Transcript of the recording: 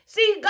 See